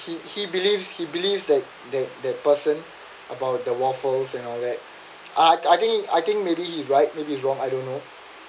he he believes he believes that the the person about the waffles and all that I I think I think maybe he's right maybe he's wrong I don't know